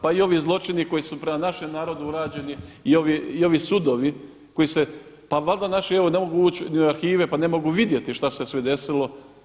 Pa i ovi zločini koji su prema našem narodu urađeni i ovi sudovi koji se, pa valjda naši ne mogu ući ni u arhive pa ne mogu vidjeti šta se sve desilo.